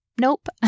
Nope